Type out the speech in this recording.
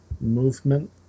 movement